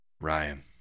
Ryan